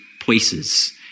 places